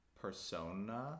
persona